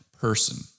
person